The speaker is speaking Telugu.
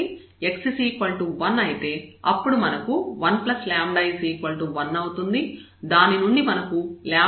కాబట్టి x 1 అయితే అప్పుడు మనకు 1λ 1 అవుతుంది దాని నుండి మనకు 0 అవుతుంది